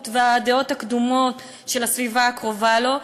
והדעות הקדומות של הסביבה הקרובה לו,